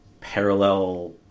parallel